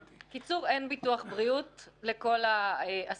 בקיצור, אין ביטוח בריאות לכל ה-10,000.